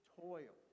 toil